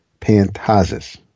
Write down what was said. Pantazis